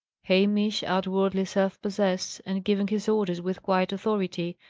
hamish, outwardly self-possessed, and giving his orders with quiet authority,